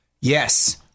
Yes